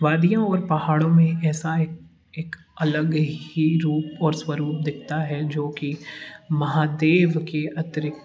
वादियों और पहाड़ों में एक ऐसा एक एक अलग ही रूप और स्वरूप दिखता है जो कि महादेव के अतिरिक्त